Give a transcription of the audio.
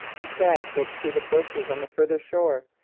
a stag broke through the bushes on the farther shore,